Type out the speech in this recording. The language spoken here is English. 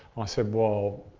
i said well,